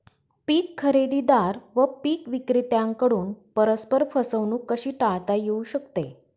पीक खरेदीदार व पीक विक्रेत्यांकडून परस्पर फसवणूक कशी टाळता येऊ शकते?